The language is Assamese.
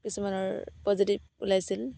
কিছুমানৰ পজিটিভ ওলাইছিল